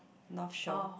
north show